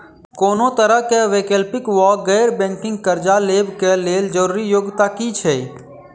कोनो तरह कऽ वैकल्पिक वा गैर बैंकिंग कर्जा लेबऽ कऽ लेल जरूरी योग्यता की छई?